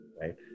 Right